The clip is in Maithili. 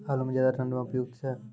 आलू म ज्यादा ठंड म उपयुक्त छै?